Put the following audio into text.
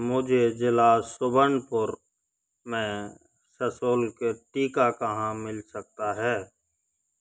मुझे ज़िला सुबर्णपुर में सशुल्क टीका कहाँ मिल सकता है